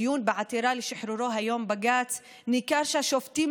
בדיון בעתירה לשחרורו היום בבג"ץ ניכר שהשופטים